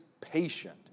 patient